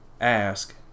ask